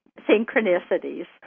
synchronicities